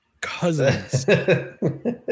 Cousins